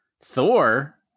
Thor